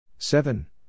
Seven